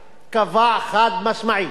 שמדובר בשטחים כבושים,